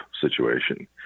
situation